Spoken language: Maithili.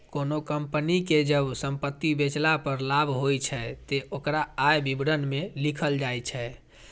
कोनों कंपनी कें जब संपत्ति बेचला पर लाभ होइ छै, ते ओकरा आय विवरण मे लिखल जाइ छै